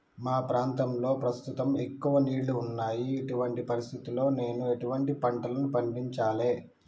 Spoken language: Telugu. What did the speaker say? మా ప్రాంతంలో ప్రస్తుతం ఎక్కువ నీళ్లు ఉన్నాయి, ఇటువంటి పరిస్థితిలో నేను ఎటువంటి పంటలను పండించాలే?